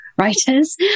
writers